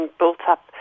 built-up